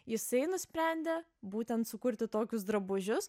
jisai nusprendė būtent sukurti tokius drabužius